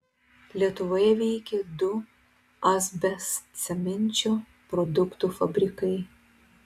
lietuvoje veikė du asbestcemenčio produktų fabrikai